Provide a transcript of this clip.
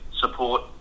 support